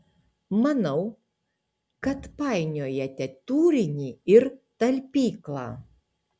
manau kad painiojate turinį ir talpyklą